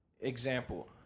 Example